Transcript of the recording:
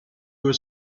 was